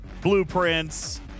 blueprints